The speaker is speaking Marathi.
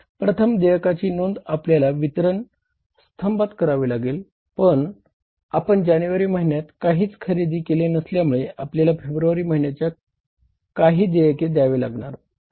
प्रथम देयकाची नोंद आपल्याला वितरण स्तंभात करावी लागेल पण आपण जानेवारी महिन्यात काहीच खरेदी केले नसल्यामुळे आपल्याला फेब्रुवारीच्या महिन्यात काहीच देयके द्यावी लागणार नाही